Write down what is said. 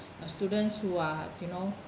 students who are you know